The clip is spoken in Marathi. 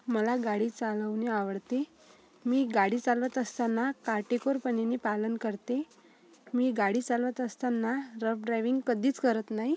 मला गाडी चालवणे आवडते मी गाडी चालवत असताना काटेकोरपणाने पालन करते मी गाडी चालवत असताना रफ ड्रायविंग कधीच करत नाही